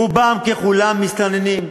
רובם ככולם מסתננים,